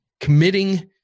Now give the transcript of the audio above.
committing